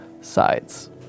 sides